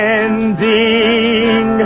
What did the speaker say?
ending